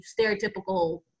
stereotypical